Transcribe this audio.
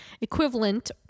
equivalent